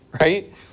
right